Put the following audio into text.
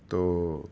تو